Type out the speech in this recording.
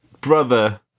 brother